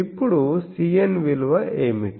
ఇప్పుడు Cn విలువ ఏమిటి